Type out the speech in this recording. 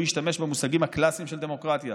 הוא השתמש במושגים הקלאסיים של דמוקרטיה